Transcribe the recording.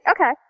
Okay